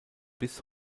bis